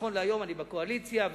היום אני בקואליציה,